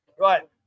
Right